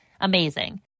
Amazing